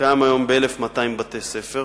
שקיים היום ב-1,200 בתי-ספר